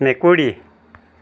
মেকুৰী